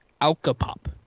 Alka-Pop